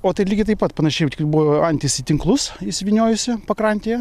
o tai lygiai taip pat panašiai va tik buvo antis į tinklus įsivyniojusi pakrantėje